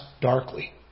darkly